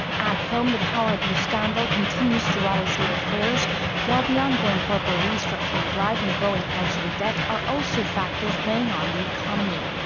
at home the power-abuse scandal continues to rattle state affairs. while the ongoing corporate restructuring drive and growing household debt are also factors weighing on the economy.